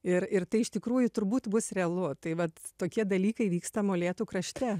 ir ir tai iš tikrųjų turbūt bus realu tai vat tokie dalykai vyksta molėtų krašte